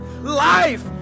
life